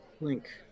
link